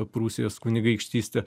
prūsijos kunigaikštystė